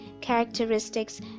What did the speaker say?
characteristics